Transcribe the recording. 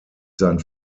sein